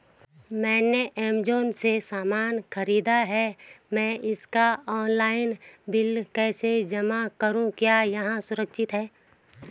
मैंने ऐमज़ान से सामान खरीदा है मैं इसका ऑनलाइन बिल कैसे जमा करूँ क्या यह सुरक्षित है?